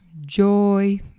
Joy